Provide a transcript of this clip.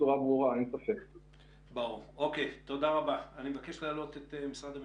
אפי טפליץ ממשרד המשפטים,